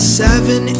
seven